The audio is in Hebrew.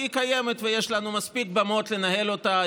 כי היא קיימת ויש לנו מספיק במות לנהל אותה.